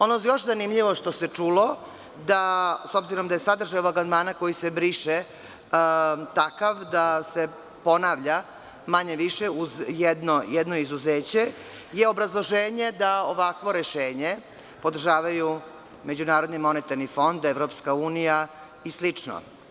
Ono još zanimljivo što se čulo, s obzirom da je sadržaj ovog amandmana koji se briše, takav da se ponavlja, manje-više uz jedno izuzeće je obrazloženje da ovakvo rešenje podržavaju MMF, EU, i slično.